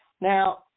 Now